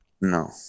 No